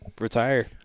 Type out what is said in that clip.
retire